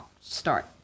start